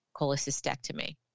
cholecystectomy